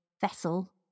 vessel